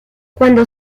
cuando